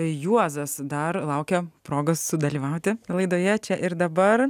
juozas dar laukia progos sudalyvauti laidoje čia ir dabar